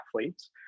athletes